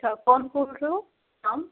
अच्छा कौन बोल रहे हो नाम